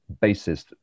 basis